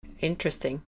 Interesting